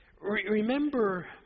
Remember